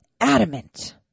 adamant